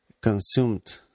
consumed